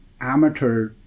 amateur